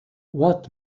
what